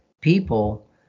people